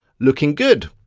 looking good.